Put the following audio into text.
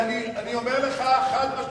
אני אומר לך חד-משמעית,